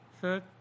Third